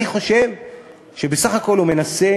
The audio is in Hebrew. אני חושב שבסך הכול הוא מנסה